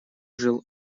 жил